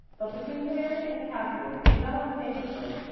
but between mary and katherine she got on famously,